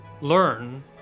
learn